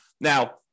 Now